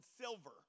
silver